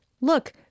look